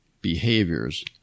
behaviors